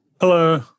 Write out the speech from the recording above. Hello